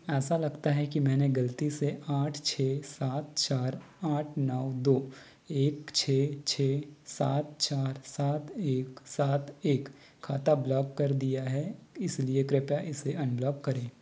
ऐसा लगता है कि मैंने गलती से आठ छह सात चार आठ नौ दो एक छह छह सात चार सात एक सात एक खाता ब्लॉक कर दिया है इसलिए कृपया इसे अनब्लॉक करें